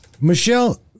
Michelle